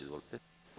Izvolite.